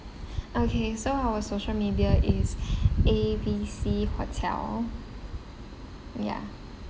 okay so our social media is A B C hotel yeah